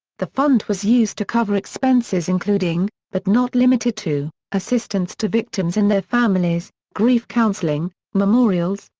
the fund was used to cover expenses including, but not limited to assistance to victims and their families, grief counseling, memorials,